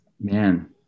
Man